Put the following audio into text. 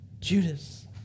Judas